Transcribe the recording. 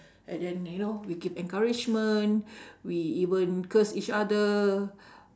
and then you know we give encouragement we even curse each other